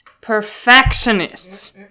perfectionists